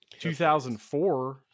2004